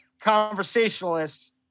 conversationalists